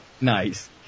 Nice